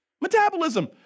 metabolism